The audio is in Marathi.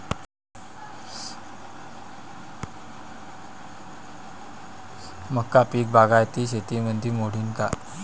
मका पीक बागायती शेतीमंदी मोडीन का?